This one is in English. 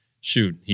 shoot